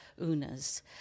Una's